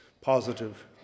positive